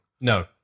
No